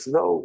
no